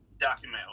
Document